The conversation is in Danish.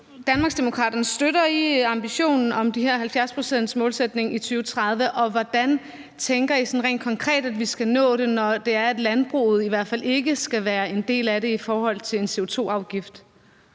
Danmarksdemokraterne intentionen om den her 70-procentsmålsætning i 2030, og hvordan tænker I sådan rent konkret at vi skal nå det, når landbruget i hvert fald ikke skal være en del af det i forhold til en CO2-afgift?